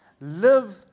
Live